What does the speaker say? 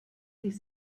sich